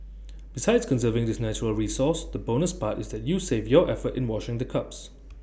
besides conserving this natural resource the bonus part is that you save your effort in washing the cups